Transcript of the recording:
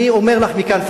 אני אומר לך מכאן,